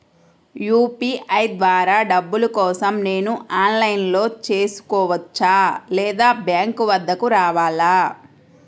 UPI ద్వారా డబ్బులు కోసం నేను ఆన్లైన్లో చేసుకోవచ్చా? లేదా బ్యాంక్ వద్దకు రావాలా?